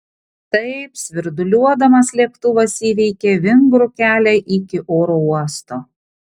taip svirduliuodamas lėktuvas įveikė vingrų kelią iki oro uosto